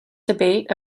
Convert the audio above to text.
debate